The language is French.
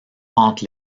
entre